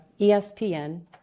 ESPN